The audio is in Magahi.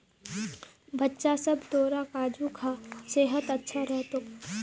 बच्चा सब, तोरा काजू खा सेहत अच्छा रह तोक